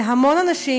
זה המון אנשים.